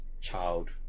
child